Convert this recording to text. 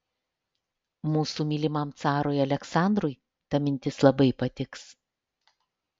mūsų mylimam carui aleksandrui ta mintis labai patiks